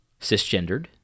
cisgendered